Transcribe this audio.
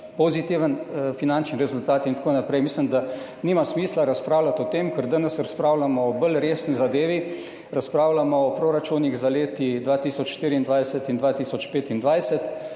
pozitiven finančni rezultat, in tako naprej. Mislim, da nima smisla razpravljati o tem, ker danes razpravljamo o bolj resni zadevi, razpravljamo o proračunih za leti 2024 in 2025.